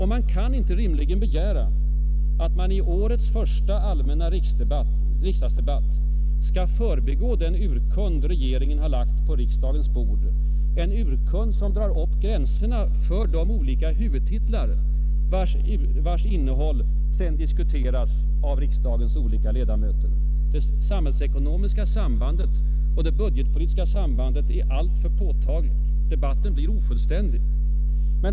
Man kan inte rimligen begära att talarna i årets första allmänna riksdagsdebatt skall förbigå den urkund regeringen lagt på riksdagens bord, en urkund som drar upp gränserna för de olika huvudtitlar vars innehåll sedan diskuteras av riksdagens ledamöter. Det samhällsekonomiska och budgetpolitiska sambandet är alltför påtagligt. Debatten blir ofullständig.